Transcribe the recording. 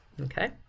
Okay